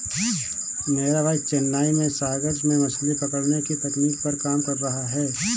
मेरा भाई चेन्नई में सागर से मछली पकड़ने की तकनीक पर काम कर रहा है